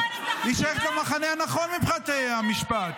היא שייכת למחנה הנכון, מבחינת המשפט.